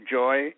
joy